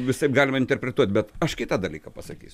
visaip galima interpretuot bet aš kitą dalyką pasakysiu